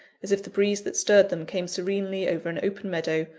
as if the breeze that stirred them came serenely over an open meadow,